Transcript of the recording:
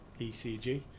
ECG